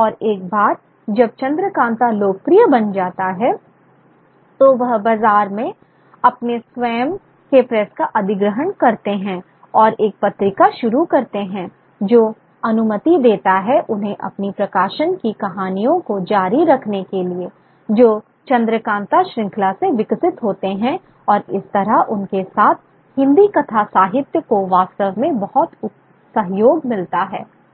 और एक बार जब चंद्रकांता लोकप्रिय बन जाता है तो वह बाजार में अपने स्वयं के प्रेस का अधिग्रहण करते हैं और एक पत्रिका शुरू करते हैं जो अनुमति देता है उन्हें अपनी प्रकाशन की कहानियों को जारी रखने के लिए जो चंद्रकांता श्रृंखला से विकसित होते हैं और इस तरह उनके साथ हिंदी कथा साहित्य को वास्तव में बहुत सहयोग मिलता है